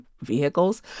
vehicles